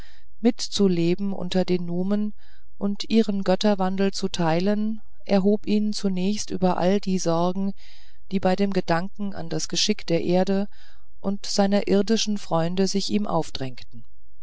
heimat hielt mitzuleben unter den numen und ihren götterwandel zu teilen erhob ihn zunächst über alle die sorgen die bei dem gedanken an das geschick der erde und seiner irdischen freunde sich ihm aufdrängten